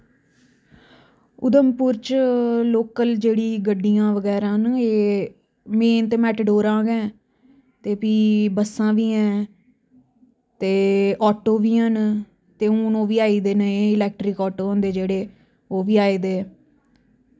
उधमपुर च लोकल जेह्ड़ी गड्डियां बगैरा न एह् मेन ते मेटाडोरां गै हैन ते फ्ही बस्सां बी ऐं ते आटो बी हैन ते हून ओह्बी आई दे ने इलैक्ट्रिक आटो होंदे जेह्ड़े ओह्बी आये दे